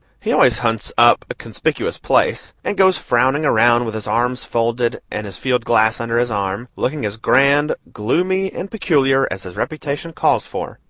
he always hunts up a conspicuous place, and goes frowning around with his arms folded and his field-glass under his arm, looking as grand, gloomy and peculiar as his reputation calls for,